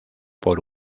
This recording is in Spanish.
por